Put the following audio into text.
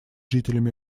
жителями